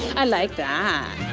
i like that.